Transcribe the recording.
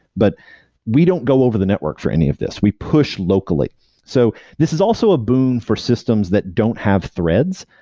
but we don't go over the network for any of this. we push locally so this is also a boon for systems that don't have threads,